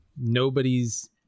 nobody's